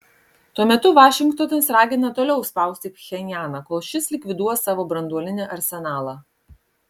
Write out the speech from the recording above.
tuo metu vašingtonas ragina toliau spausti pchenjaną kol šis likviduos savo branduolinį arsenalą